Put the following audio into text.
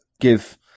give